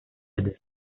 بده